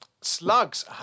slugs